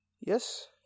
Yes